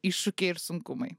iššūkiai ir sunkumai